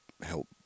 help